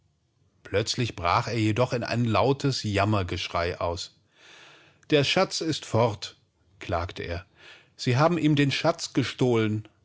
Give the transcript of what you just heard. plötzlich brach er in einen scharfen mürrischen schrei aus der schatz ist fort sagte er sie haben ihm den schatz gestohlen